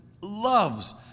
loves